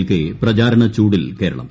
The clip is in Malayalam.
നിൽക്കേ പ്രചാരണ ചൂടിൽ കേരളം